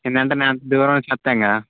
ఏంటి అంటే మేం అంత దూరం వచ్చి చెప్తాం కదా